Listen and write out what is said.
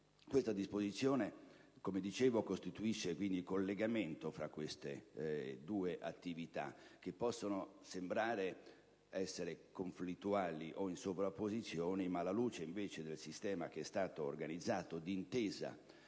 Questa disposizione costituisce, dunque, il collegamento tra queste due attività, che possono sembrare essere conflittuali o in sovrapposizione, alla luce del sistema che è stato organizzato di intesa